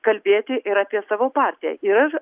kalbėti ir apie savo partiją ir